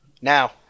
Now